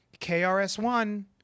KRS-One